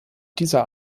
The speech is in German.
dieser